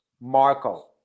Marco